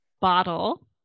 Bottle